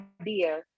idea